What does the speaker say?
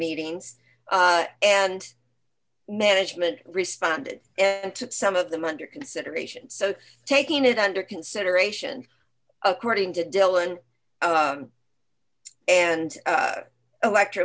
meetings and management responded and took some of them under consideration so taking it under consideration according to dylan and electr